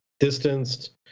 distanced